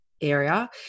area